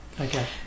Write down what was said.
Okay